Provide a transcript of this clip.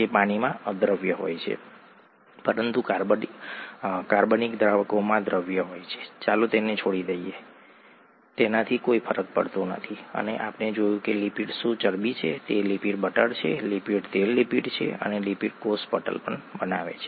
જે પાણીમાં અદ્રાવ્ય હોય છે પરંતુ કાર્બનિક દ્રાવકોમાં દ્રાવ્ય હોય છે ચાલો તેને છોડી દઈએ કે તેનાથી કોઈ ફરક પડતો નથી અને આપણે જોયું કે લિપિડ શું ચરબી છે તે લિપિડ બટર છે લિપિડ તેલ લિપિડ છે અને લિપિડ કોષ પટલ બનાવે છે